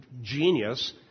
genius